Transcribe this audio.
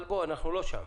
אבל בוא, אנחנו לא שם.